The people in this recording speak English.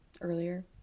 earlier